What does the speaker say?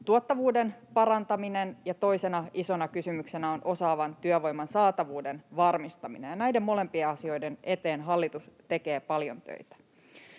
tuottavuuden parantaminen, ja toisena isona kysymyksenä on osaavan työvoiman saatavuuden varmistaminen. Näiden molempien asioiden eteen hallitus tekee paljon töitä.